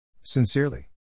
Sincerely